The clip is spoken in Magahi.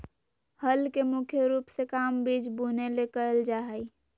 हल के मुख्य रूप से काम बिज बुने ले कयल जा हइ